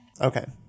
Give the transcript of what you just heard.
Okay